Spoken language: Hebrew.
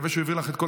אדוני היושב-ראש,